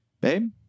babe